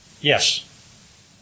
Yes